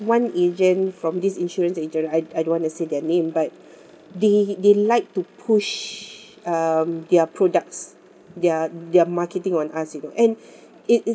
one agent from these insurance agent I I don't want to say their name but they they like to push um their products their their marketing on us you know and it it's